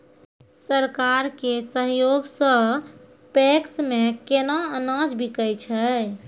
सरकार के सहयोग सऽ पैक्स मे केना अनाज बिकै छै?